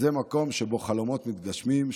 זה מקום שבו חלומות מתגשמים,